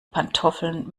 pantoffeln